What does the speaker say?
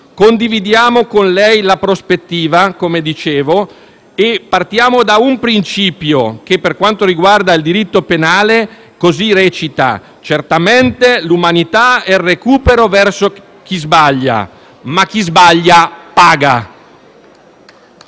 condividiamo con lei la prospettiva e partiamo da un principio che, per quanto riguarda il diritto penale, così recita: certamente l'umanità è recupero verso chi sbaglia, ma chi sbaglia paga.